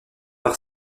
par